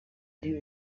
ndi